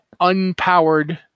unpowered